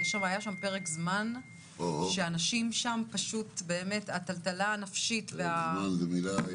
היה שם פרק זמן של טלטלה נפשית נוראית.